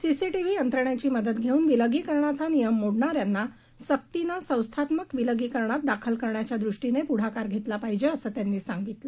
CCTV यंत्रणेची मदत धेऊन विलगीकरणाचा नियम मोडणाऱ्यांना सक्तीनं संस्थात्मक विलगीकरणात दाखल करण्याच्या दृष्टीनं पुढाकार धेतला पाहिजे असं त्यांनी सांगितलं